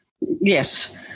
Yes